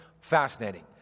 fascinating